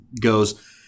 goes